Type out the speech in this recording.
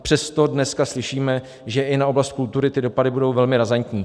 Přesto dneska slyšíme, že i na oblast kultury ty dopady budou velmi razantní.